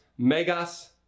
Megas